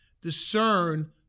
discern